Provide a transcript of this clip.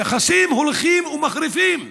היחסים בין שתי המדינות הולכים ומחריפים.